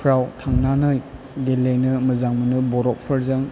फ्राव थांनानै गेलेनो मोजां मोनो बरफफोरजों